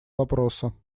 вопроса